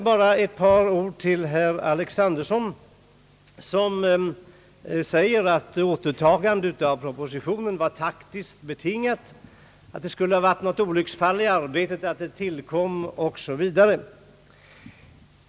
Herr Alexanderson sade, att återtagandet av propositionen var taktiskt betingat, att den var ett olycksfall i arbetet osv.